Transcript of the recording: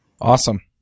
Awesome